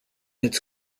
its